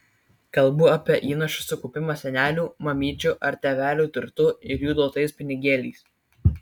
kalbu apie įnašo sukaupimą senelių mamyčių ar tėvelių turtu ir jų duotais pinigėliais